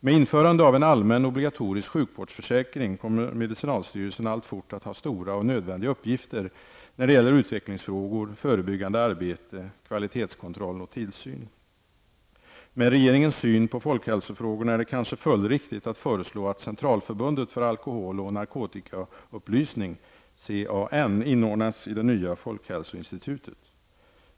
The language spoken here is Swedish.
Med införandet av en allmän obligatorisk sjukvårdsförsäkring kommer medicinalstyrelsen alltfort att ha stora och nödvändiga uppgifter när det gäller utvecklingsfrågor, förebyggande arbete, kvalitetskontroll och tillsyn. Med regeringens syn på folkhälsofrågorna är det kanske följdriktigt att föreslå att Centralförbundet för alkohol och narkotikaupplysning, CAN, inordnas i det nya folkhälsoinstitutet.